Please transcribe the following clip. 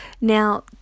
Now